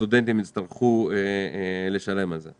שהסטודנטים יצטרכו לשלם על זה.